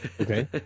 Okay